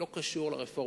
זה לא קשור בכלל לרפורמה.